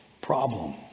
problem